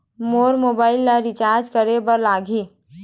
मोर mobile ला recharge करे बर का लगही?